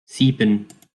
sieben